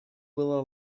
была